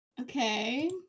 Okay